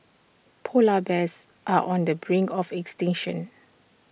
Polar Bears are on the brink of extinction